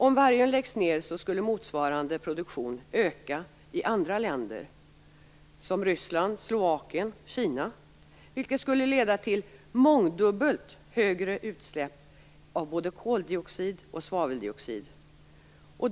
Om Vargön läggs ned skulle motsvarande produktion öka i andra länder som Ryssland, Slovakien och Kina, vilket skulle leda till mångdubbelt större utsläpp av både koldioxid och svaveldioxid.